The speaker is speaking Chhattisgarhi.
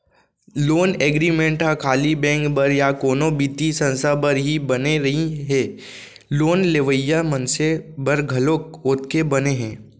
लोन एग्रीमेंट ह खाली बेंक बर या कोनो बित्तीय संस्था बर ही बने नइ हे लोन लेवइया मनसे बर घलोक ओतके बने हे